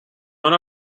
one